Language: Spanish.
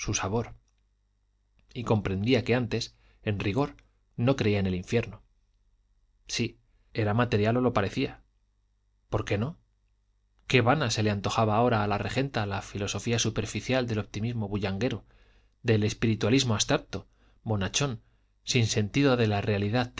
sabor y comprendía que antes en rigor no creía en el infierno sí sí era material o lo parecía por qué no qué vana se le antojaba ahora a la regenta la filosofía superficial del optimismo bullanguero del espiritualismo abstracto bonachón sin sentido de la realidad